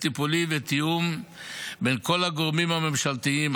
טיפולי ותיאום בין כל הגורמים הממשלתיים.